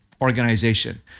organization